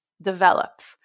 develops